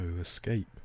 escape